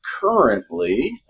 currently